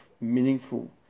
meaningful